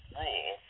rule